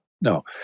no